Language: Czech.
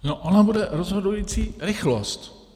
No ona bude rozhodující rychlost.